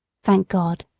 thank god!